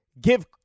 give